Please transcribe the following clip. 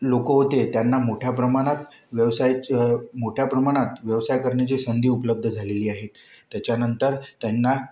लोक होते त्यांना मोठ्या प्रमाणात व्यवसायाचं मोठ्या प्रमाणात व्यवसाय करण्याची संधी उपलब्ध झालेली आहे त्याच्यानंतर त्यांना